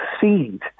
seed